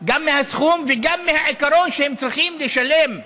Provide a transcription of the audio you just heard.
גם מהסכום וגם מהעיקרון שהם צריכים לשלם אגרה,